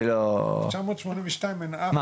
מ-1982 אין --- מה,